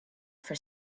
for